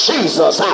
Jesus